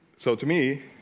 so to me